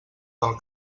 del